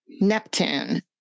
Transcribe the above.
neptune